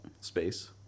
Space